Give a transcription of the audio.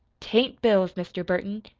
t ain't bills, mr. burton,